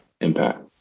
impact